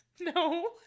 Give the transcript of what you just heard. no